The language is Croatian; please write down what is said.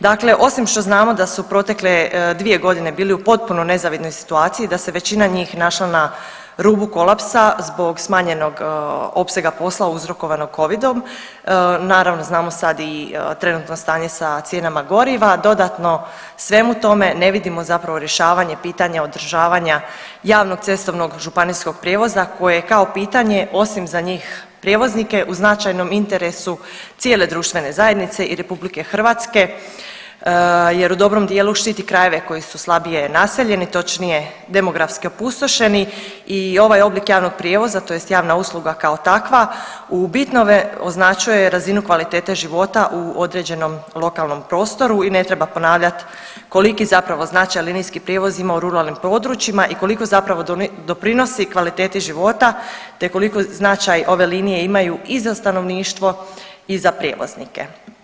Dakle osim što znamo da su protekle 2 godine bili u potpuno nezavidnoj situaciji, da se većina njih našla na rubu kolapsa zbog smanjenog opsega posla uzrokovanog Covidom, naravno, znamo sad i trenutno stanje sa cijenama goriva, dodatno svemu tome ne vidimo zapravo rješavanje pitanja održavanja javnog cestovnog županijskog prijevoza, koje je kao pitanje, osim za njih prijevoznike, u značajnom interesu cijele društvene zajednice i RH jer u dobrom dijelu štiti krajeve koji su slabije naseljeni, točnije, demografski opustošeni i ovaj oblik javnog prijevoza, tj., javna usluga kao takva, u bitnome označuje razinu kvalitete života u određenom lokalnom prostoru i ne treba ponavljati koliki zapravo značaj linijski prijevoz ima u ruralnim područjima i i koliko zapravo doprinosi kvaliteti života te koliko značaj ove linije imaju i za stanovništvo i za prijevoznike.